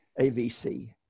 AVC